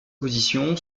position